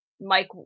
Mike